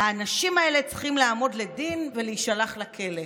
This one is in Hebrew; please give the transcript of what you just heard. האנשים האלה צריכים לעמוד לדין ולהישלח לכלא.